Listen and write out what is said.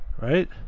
Right